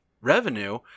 revenue